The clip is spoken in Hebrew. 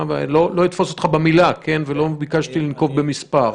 לא אתפוס אותך במילה, ולא ביקשתי לנקוב במספר.